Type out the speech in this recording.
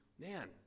man